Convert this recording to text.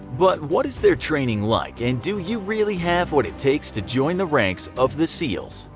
but what is their training like, and do you really have what it takes to join the ranks of the seals?